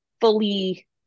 fully